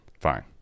fine